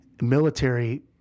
military